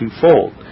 twofold